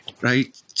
right